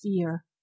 fear